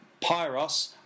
pyros